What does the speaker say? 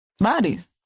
Bodies